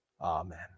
Amen